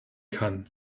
kann